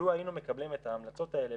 לו היינו מקבלים את ההמלצות האלה,